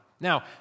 Now